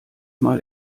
mal